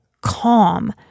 calm